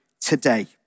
today